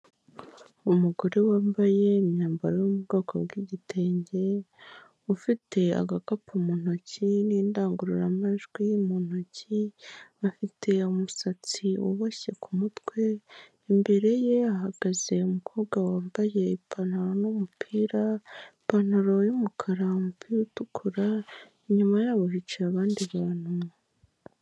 Umugore wambaye imyambaro yo mu bwoko bw'igitenge, ufite agakapu mu ntoki n'indangururamajwi mu ntoki, afite umusatsi uboshye ku mutwe, imbere ye hahagaze umukobwa wambaye ipantaro n'umupira, ipantaro y'umukara, umupira utukura, inyuma yabo hicaye abandi bantu.